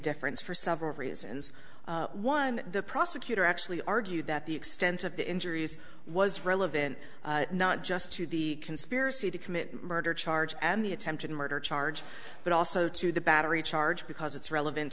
difference for several reasons one the prosecutor actually argued that the extent of the injuries was relevant not just to the conspiracy to commit murder charge and the attempted murder charge but also to the battery charge because it's relevant